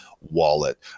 wallet